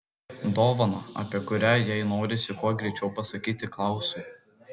dovaną apie kurią jai norisi kuo greičiau pasakyti klausui